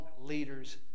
leaders